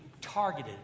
targeted